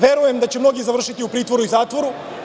Verujem da će mnogi završiti u pritvoru i zatvoru.